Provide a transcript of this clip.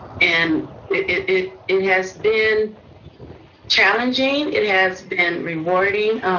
and it it has been challenging, it has been rewarding.